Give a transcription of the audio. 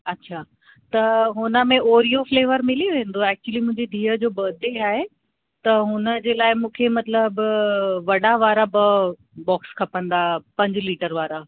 अच्छा त हुन में ओरियो फ़्लेवर मिली वेंदो आहे एक्चुली मुंहिंजी धीअ जो बर्थडे आहे त हुनजे लाइ मूंखे मतलबु वॾा वारा ॿ बोक्स खपंदा पंज लीटर वारा